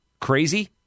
crazy